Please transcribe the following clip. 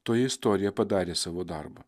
toji istorija padarė savo darbą